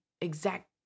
exact